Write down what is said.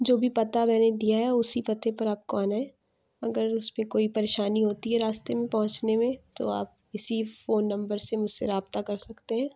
جو بھی پتہ میں نے دیا ہے اُسی پتے پر آپ کو آنا ہے اگر اُس پہ کوئی پریشانی ہوتی یا راستے میں پہنچنے میں تو آپ اِسی فون نمبر سے مجھ سے رابطہ کر سکتے ہیں